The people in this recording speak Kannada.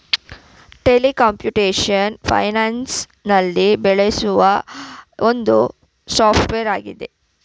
ಟ್ಯಾಲಿ ಕಂಪ್ಯೂಟೇಶನ್ ಫೈನಾನ್ಸ್ ನಲ್ಲಿ ಬೆಳೆಸುವ ಒಂದು ಸಾಫ್ಟ್ವೇರ್ ಆಗಿದೆ